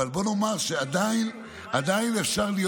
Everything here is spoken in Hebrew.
אבל בוא נאמר שעדיין אפשר להיות,